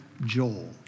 Joel